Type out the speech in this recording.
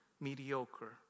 mediocre